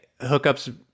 hookups